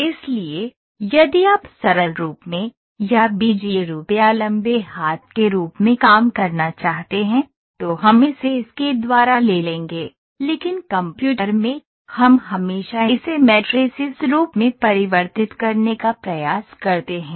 इसलिए यदि आप सरल रूप में या बीजीय रूप या लंबे हाथ के रूप में काम करना चाहते हैं तो हम इसे इसके द्वारा ले लेंगे लेकिन कंप्यूटर में हम हमेशा इसे मैट्रिसेस रूप में परिवर्तित करने का प्रयास करते हैं